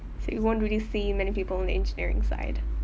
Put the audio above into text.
so you won't really see many people in engineering side